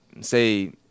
say